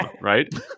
right